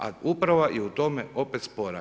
A upravo je u tome opet spora.